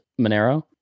Monero